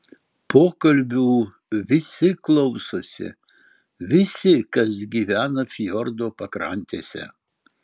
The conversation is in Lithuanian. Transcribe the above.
pokalbių visi klausosi visi kas gyvena fjordo pakrantėse